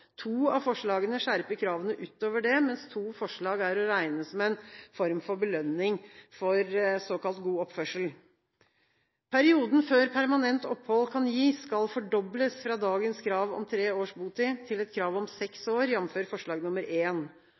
To av forslagene skjerper kravene utover det, mens to forslag er å regne som en form for belønning for såkalt god oppførsel. Perioden før permanent opphold kan gis, skal fordobles fra dagens krav om tre års botid til et krav om seks år, jf. forslag